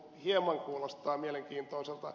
hieman kuulostaa mielenkiintoiselta